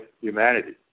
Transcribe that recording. humanity